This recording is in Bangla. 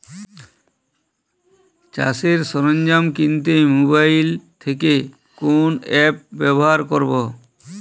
চাষের সরঞ্জাম কিনতে মোবাইল থেকে কোন অ্যাপ ব্যাবহার করব?